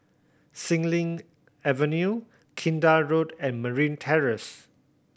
Xilin Avenue Kinta Road and Marine Terrace